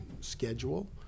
schedule